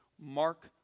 Mark